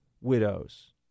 widows